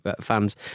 fans